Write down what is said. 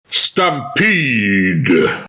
Stampede